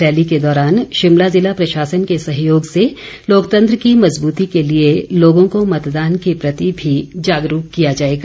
rally के दौरान शिमला ज़िला प्रशासन के सहयोग से लोकतंत्र की मज़बूती के लिए लोगों को मतदान के प्रति भी जागरूक किया जाएगा